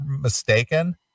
mistaken